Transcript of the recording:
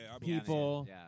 people